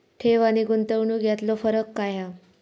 ठेव आनी गुंतवणूक यातलो फरक काय हा?